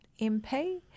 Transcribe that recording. MP